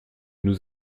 nous